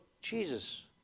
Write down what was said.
Jesus